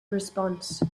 response